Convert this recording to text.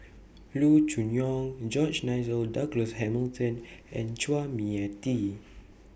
Loo Choon Yong George Nigel Douglas Hamilton and Chua Mia Tee